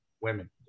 women